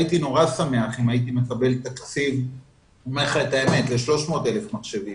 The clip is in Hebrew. הייתי מאוד שמח אם הייתי מקבל תקציב ל-300,000 מחשבים.